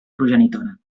progenitora